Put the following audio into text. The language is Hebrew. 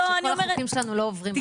שכל החוקים שלנו לא עוברים.